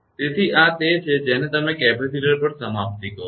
તેથી આ તે છે જેને તમે કેપેસિટર પર સમાપ્તિ કહો છે